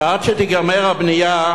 שעד שתיגמר הבנייה